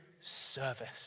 service